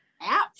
app